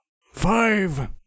Five